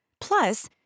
Plus